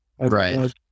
Right